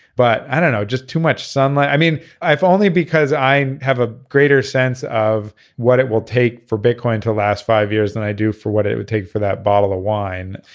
but i don't know just too much sunlight. i mean i've only because i have a greater sense of what it will take for bitcoin to last five years than i do for what it it would take for that bottle of wine.